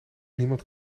niemand